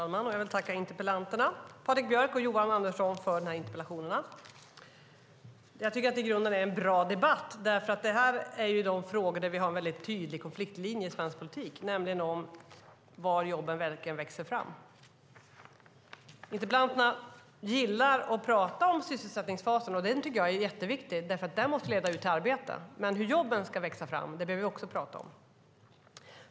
Herr talman! Jag till tacka interpellanterna Patrik Björck och Johan Andersson för interpellationerna. Det är i grunden en bra debatt. I dessa frågor har vi en väldigt tydlig konfliktlinje i svensk politik om var jobben verkligen växer fram. Interpellanterna gillar att prata om sysselsättningsfasen. Den tycker jag är jätteviktig. Den måste leda ut till arbete. Men vi behöver också prata om hur jobben ska växa fram.